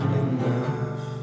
enough